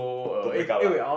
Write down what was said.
don't break up lah